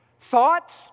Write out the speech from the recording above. Thoughts